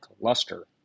luster